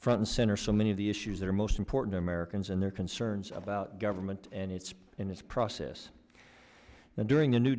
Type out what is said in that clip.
front and center so many of the issues that are most important americans and their concerns about government and it's in this process now during the new